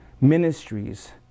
ministries